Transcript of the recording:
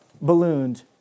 ballooned